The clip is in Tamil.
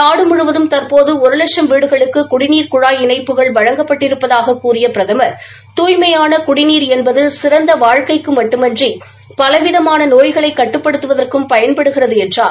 நாடு முழுவதும் தற்போது ஒரு வட்சும் வீடுகளுக்கு குடிநீர் குழாய் இணைப்புகள் வழங்கப்பட்டிருப்பதாக கூறிய பிரதம் தூய்மையாள குடிநீர் என்பது சிறந்த வாழ்க்கைக்கு மட்டுமன்றி பலவிதமான நோய்களை கட்டுப்படுத்துவதற்கும் பயன்படுகிறது என்றார்